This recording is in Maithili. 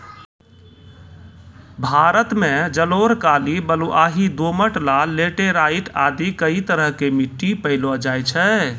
भारत मॅ जलोढ़, काली, बलुआही, दोमट, लाल, लैटराइट आदि कई तरह के मिट्टी पैलो जाय छै